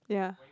ya